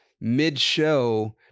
mid-show